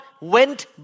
went